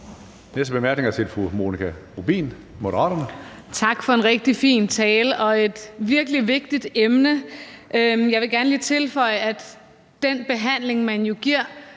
korte bemærkning er til fru Monika Rubin, Moderaterne. Kl. 15:41 Monika Rubin (M): Tak for en rigtig fin tale om et virkelig vigtigt emne. Jeg vil gerne lige tilføje, at den kræftbehandling, man giver